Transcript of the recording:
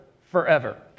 forever